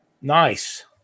Nice